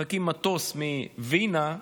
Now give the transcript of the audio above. מחכים למטוס מווינה,